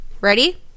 Ready